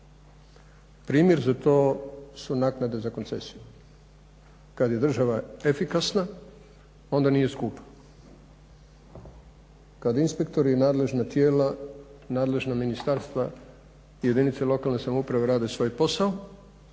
Primjer za to su naknade za koncesiju, kad je država efikasna onda nije skupa, kad inspektori i nadležna tijela, nadležna ministarstva, jedinice lokalne samouprave rade svoj posao